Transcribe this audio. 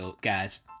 guys